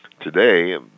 today